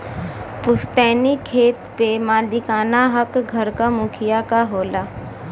पुस्तैनी खेत पे मालिकाना हक घर क मुखिया क होला